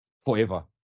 forever